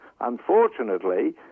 Unfortunately